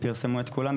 פרסמו את כולם,